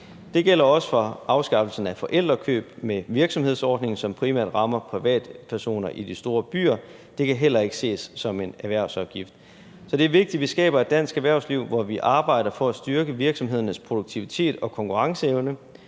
Det gælder også for afskaffelsen af forældrekøb med virksomhedsordningen, som primært rammer privatpersoner i de store byer. Det kan heller ikke ses som en erhvervsafgift. Det er vigtigt, at vi skaber et dansk erhvervsliv, hvor vi arbejder på at styrke virksomhedernes produktivitet og konkurrenceevne.